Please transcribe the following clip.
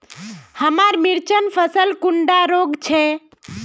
हमार मिर्चन फसल कुंडा रोग छै?